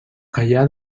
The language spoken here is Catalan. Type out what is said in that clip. allà